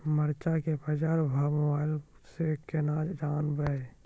मरचा के बाजार भाव मोबाइल से कैनाज जान ब?